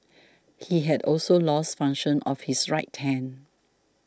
he had also lost function of his right hand